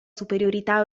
superiorità